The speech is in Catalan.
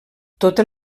totes